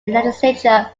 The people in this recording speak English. legislature